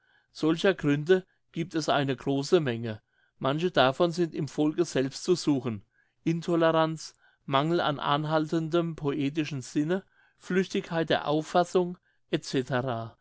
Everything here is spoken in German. solcher gründe giebt es eine große menge manche davon sind im volke selbst zu suchen indolenz mangel an anhaltendem poetischen sinne flüchtigkeit der auffassung